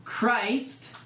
Christ